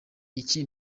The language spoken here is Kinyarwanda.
iki